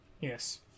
Yes